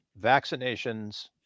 vaccinations